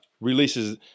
releases